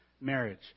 Marriage